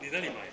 你那里买